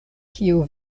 kiu